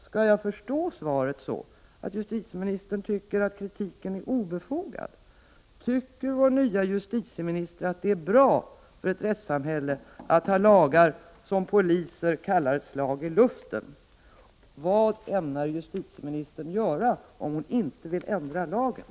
Skall jag förstå svaret så att justitieministern tycker att kritiken är obefogad? Tycker vår nya justitieminister att det är bra för ett rättssamhälle att ha lagar som poliser kallar slag i luften? Vad ämnar justitieministern göra, om hon inte vill ändra lagen?